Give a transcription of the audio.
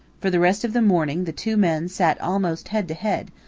for the rest of the morning the two men sat almost head to head,